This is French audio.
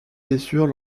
blessures